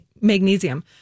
magnesium